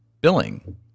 billing